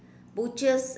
butchers